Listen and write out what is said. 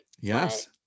Yes